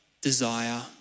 desire